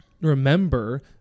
remember